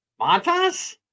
Matas